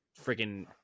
freaking